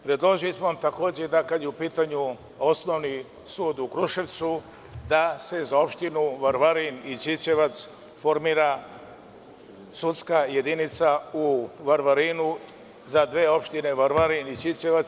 Predložili smo takođe kada je u pitanju Osnovni sud u Kruševcu da se za opštinu Varvarin i Ćićevac formira sudska jedinica u Varvarinu za dve opštine, Varvarin i Ćićevac.